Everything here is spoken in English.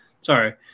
Sorry